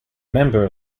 member